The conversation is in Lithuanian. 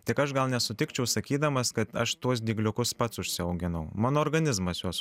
tik aš gal nesutikčiau sakydamas kad aš tuos dygliukus pats užsiauginau mano organizmas juos